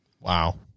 Wow